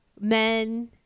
men